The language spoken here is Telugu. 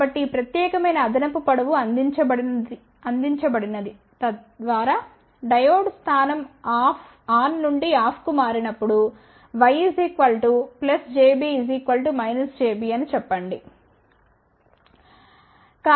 కాబట్టి ఈ ప్రత్యేకమైన అదనపు పొడవు అందించబడినది తద్వారా డయోడ్ స్థానం ఆన్ నుండి ఆఫ్ కు మారినప్పుడు Y jB jB అని చెప్పండి